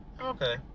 Okay